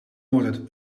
wordt